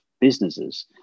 businesses